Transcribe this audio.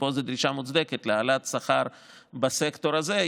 ופה זאת דרישה מוצדקת להעלאת שכר בסקטור הזה,